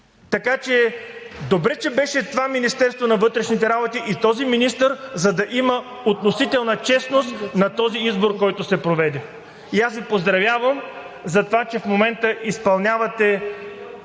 Така че добре, че беше това Министерство на вътрешните работи и този министър, за да има относителна честност на този избор, който се проведе. И аз Ви поздравявам за това, че в момента изпълнявате